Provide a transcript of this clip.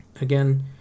Again